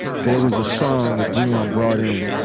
there was a song that briam brought in.